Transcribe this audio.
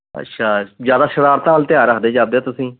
ਅੱਛਾ ਜ਼ਿਆਦਾ ਸ਼ਰਾਰਤਾਂ ਵੱਲ ਧਿਆਨ ਰੱਖਦੇ ਜਾਦੇ ਤੁਸੀਂ